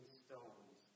stones